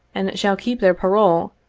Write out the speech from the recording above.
and shall keep their parole,